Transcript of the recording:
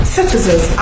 citizens